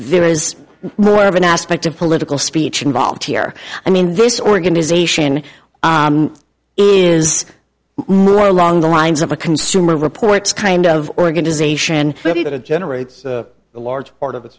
there is more of an aspect of political speech involved here i mean this organization is more along the lines of a consumer reports kind of organization that it generates a large part of the